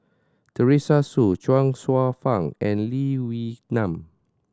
Teresa Hsu Chuang Hsueh Fang and Lee Wee Nam